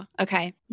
Okay